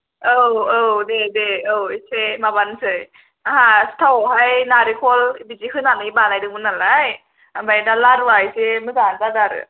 औ औ दे दे औ इसे माबानोसै आंहा सिथावहाय नारेंखल बिदि होनानै बानायदोंमोन नालाय ओमफ्राय दा लारुआ इसे मोजांआनो जादों आरो